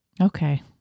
Okay